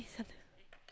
sometimes